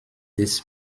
des